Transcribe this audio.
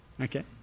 Okay